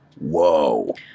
Whoa